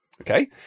Okay